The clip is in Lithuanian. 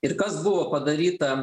ir kas buvo padaryta